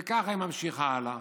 וככה היא ממשיכה הלאה.